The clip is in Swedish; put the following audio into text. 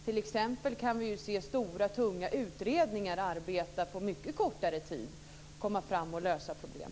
Vi ser också att stora, tunga utredningar kan arbeta på mycket kortare tid och lösa olika problem.